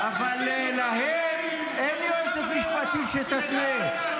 --- אבל להם אין יועצת משפטית שתתנה,